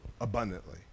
abundantly